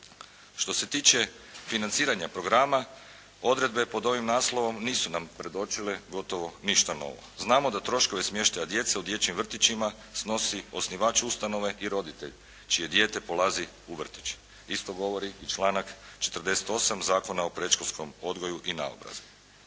Što se tiče financiranja programa odredbe pod ovim naslovom nisu nam predočile gotovo ništa novo. Znamo da troškove smještaja djece u dječjim vrtićima snosi osnivač ustanove i roditelj čije dijete polazi u vrtić. Isto govori i članak 48. Zakona o predškolskom odgoju i naobrazbi.